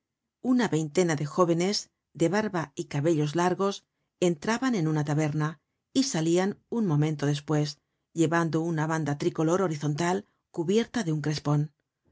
una veintena de jóvenes de barba y cabellos largos entraban en una taberna y salian un momento despues llevando una bandera tricolor horizontal cubierta de un crespon á